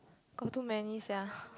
got too many sia